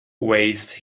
waste